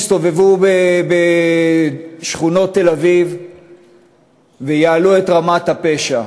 יסתובבו, בשכונות תל-אביב ויעלו את רמת הפשיעה.